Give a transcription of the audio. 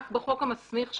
רק בחוק המסמיך שלנו,